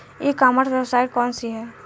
ई commerce website कौन सी है?